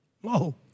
Whoa